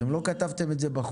אתם לא כתבתם את זה בחוק